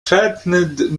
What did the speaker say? threatened